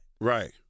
Right